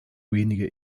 wenige